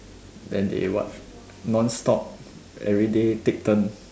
then they what they non stop everyday take turn